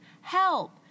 Help